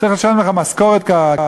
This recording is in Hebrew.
צריך לשלם לך משכורת כראוי,